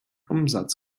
umsatz